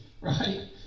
right